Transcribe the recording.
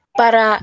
para